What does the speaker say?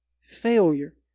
failure